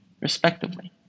respectively